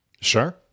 Sure